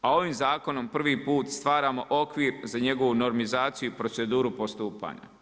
A ovim zakonom prvi put stvaramo okvir za njegovu normizaciju i proceduru postupanja.